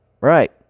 Right